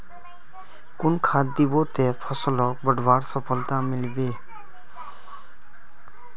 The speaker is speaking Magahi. कुन खाद दिबो ते फसलोक बढ़वार सफलता मिलबे बे?